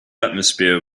atmosphere